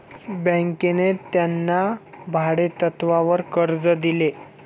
बँकेने त्याला भाडेतत्वावर कर्ज दिले